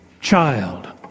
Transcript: child